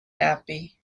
happy